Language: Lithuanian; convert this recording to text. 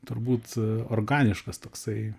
turbūt organiškas toksai